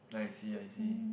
I see I see